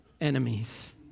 enemies